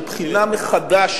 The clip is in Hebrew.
של בחינה מחדש